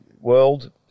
world